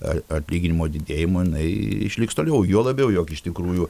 ar atlyginimo didėjimo jinai išliks toliau juo labiau jog iš tikrųjų